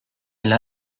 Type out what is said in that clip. elle